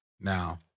Now